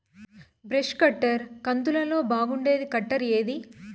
Brush cutter కంతులలో బాగుండేది cutter ఏది?